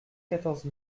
quatorze